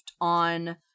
on